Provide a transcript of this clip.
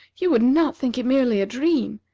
you would not think it merely a dream.